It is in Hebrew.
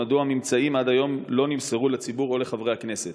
מדוע הממצאים לא נמסרו עד היום לציבור או לחברי הכנסת?